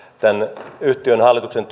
tämän yhtiön hallituksen